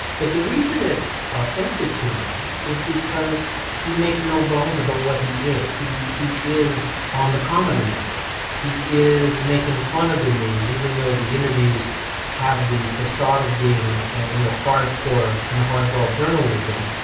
but the reason it's authentic to me is because he makes no bones about what he is. he he is on the comedy network, he is making fun of the news, and even though the interviews have the facade of being ah you know hard-core and hardball journalism,